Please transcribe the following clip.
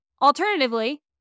Alternatively